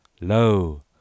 Lo